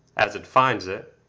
as it finds it,